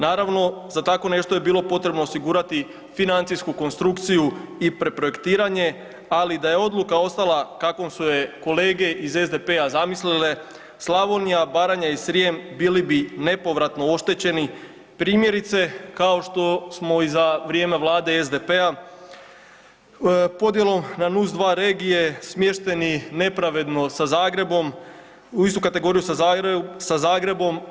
Naravno za takvo nešto je bilo potrebno osigurati financijsku konstrukciju i projektiranje, ali da je odluka ostala kakvom su je kolege iz SDP-a zamislile Slavonija, Baranja i Srijem bili bi nepovratno oštećeni primjerice kao što smo i za vrijeme Vlade SDP-a podjelom na nus 2 regije smješteni nepravedno sa Zagrebom, u istu kategoriju sa Zagrebom.